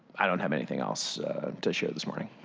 i don't have anything else to show this morning.